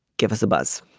give us a buzz